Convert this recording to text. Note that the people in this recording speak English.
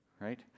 right